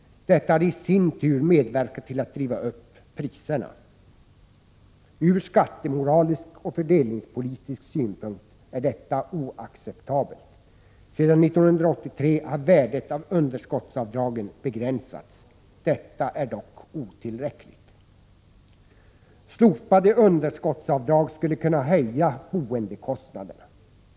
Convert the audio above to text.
Detta har i sin tur medverkat till att driva upp priserna. Ur skattemoralisk och fördelningspolitisk synpunkt är detta oacceptabelt. Sedan 1983 har värdet av underskottsavdragen begränsats. Detta är dock otillräckligt. Slopade underskottsavdrag skulle kunna höja boendekostnaderna.